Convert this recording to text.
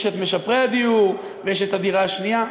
יש משפרי דיור ויש את דירה שנייה,